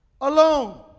alone